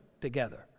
together